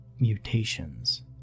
mutations